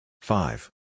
Five